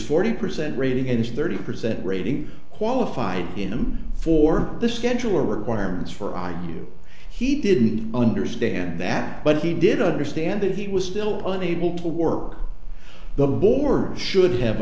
forty percent rating is thirty percent rating qualified him for the schedule requirements for i knew he didn't understand that but he did understand that he was still unable to work the border should have